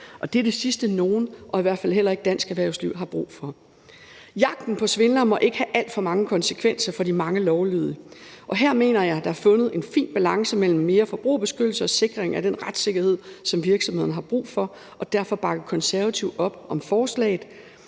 det er det sidste, nogen og i hvert fald heller ikke dansk erhvervsliv har brug for. Jagten på svindlere må ikke have alt for mange konsekvenser for de mange lovlydige, og her mener jeg der er fundet en fin balance mellem mere forbrugerbeskyttelse og sikring af den retssikkerhed, som virksomhederne har brug for. Derfor bakker Konservative op om forslaget.